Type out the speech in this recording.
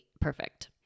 perfect